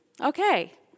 Okay